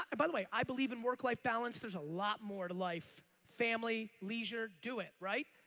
ah by the way, i believe in work life balance. there's a lot more to life. family, leisure, do it, right?